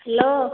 hello